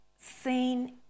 seen